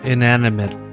Inanimate